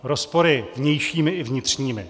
Rozpory vnějšími i vnitřními.